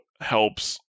helps